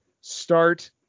start